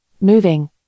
Moving